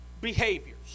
behaviors